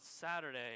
Saturday